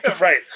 Right